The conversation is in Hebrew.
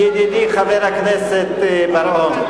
ידידי חבר הכנסת בר-און,